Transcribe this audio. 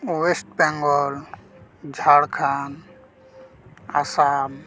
West Bengal Jharkhand Assam